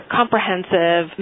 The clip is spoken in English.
comprehensive